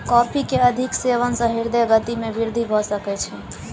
coffee के अधिक सेवन सॅ हृदय गति में वृद्धि भ सकै छै